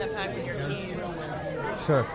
Sure